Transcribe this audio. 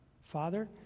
Father